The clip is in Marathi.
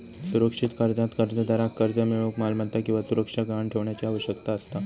सुरक्षित कर्जात कर्जदाराक कर्ज मिळूक मालमत्ता किंवा सुरक्षा गहाण ठेवण्याची आवश्यकता असता